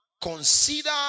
consider